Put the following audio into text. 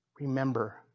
Remember